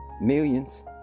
millions